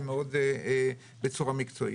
ומאוד בצורה מקצועית.